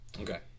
Okay